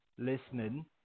listening